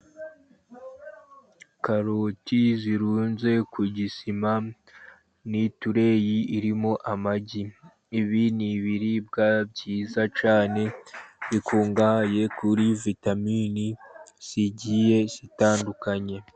Karoti zirunze ku gisima n'itureyi irimo amagi. Ibi ni ibiribwa byiza cyane, bikungahaye kuri vitamini zigiye zitandukanye.